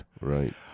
Right